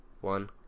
one